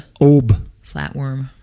Flatworm